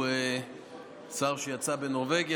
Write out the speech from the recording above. הוא שר שיצא בנורבגי,